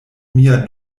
mia